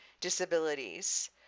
disabilities